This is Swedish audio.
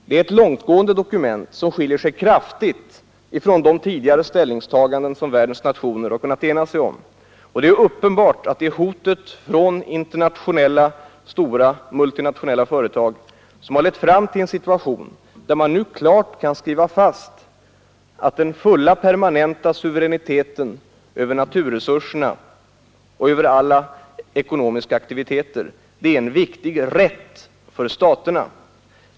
Det är ett långtgående dokument, som skiljer sig kraftigt från de tidigare ställningstaganden som världens nationer kunnat ena sig om, och det är uppenbarligen hotet från en rad internationella stora företag som har lett fram till en situation där man nu klart skriver fast att den fulla permanenta suveräniteten över naturresurserna och över alla ekonomiska aktiviteter är en viktig rätt för staterna.